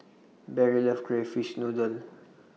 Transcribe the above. Barry loves Crayfish Noodle